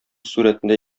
сурәтендә